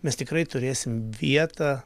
mes tikrai turėsim vietą